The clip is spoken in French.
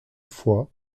fois